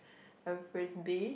and frisbee